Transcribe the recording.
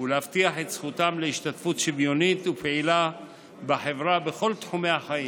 ולהבטיח את זכותם להשתתפות שוויונית ופעילה בחברה בכל תחומי החיים,